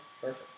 perfect